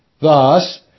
Thus